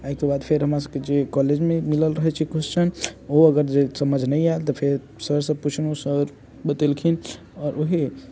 अइके बाद फेर हमरा सबके जे कॉलेजमे मिलल रहै छै क्वेस्चन ओ अगर जे समझ नहि आयल तऽ फेर सरसँ पूछलहुँ सर बतेलखिन आओर ओही